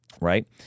right